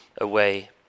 away